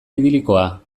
idilikoa